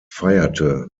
feierte